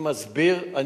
מסביר,